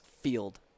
field